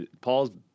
Paul's